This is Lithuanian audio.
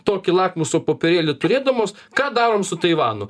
tokį lakmuso popierėlį turėdamos ką darom su taivanu